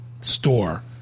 store